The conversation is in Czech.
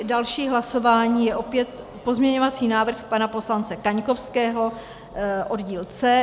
Další hlasování je opět o pozměňovacím návrhu pana poslance Kaňkovského, oddíl C.